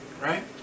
Right